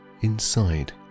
inside